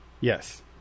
Yes